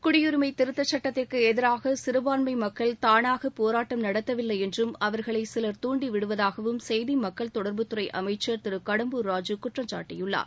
குடியரிமை திருத்தச் சுட்டத்திற்கு எதிராக சிறுபான்மை மக்கள் தானாக போராட்டம் நடத்தவில்லை என்றும் அவர்களை சிவர் தூண்டி விடுவதாகவும் செய்தி மக்கள் தொடர்புத் துறை அமைச்சர் திரு கடம்பூர் ராஜு குற்றம் சாட்டியுள்ளார்